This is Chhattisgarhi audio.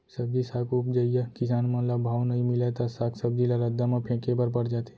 सब्जी साग उपजइया किसान मन ल भाव नइ मिलय त साग सब्जी ल रद्दा म फेंके बर पर जाथे